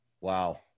Wow